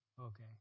Okay